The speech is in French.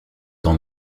dans